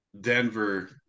Denver